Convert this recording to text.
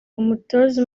umutoza